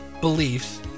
beliefs